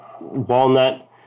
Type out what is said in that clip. Walnut